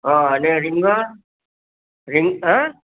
હા અને રીંગણ રિન હા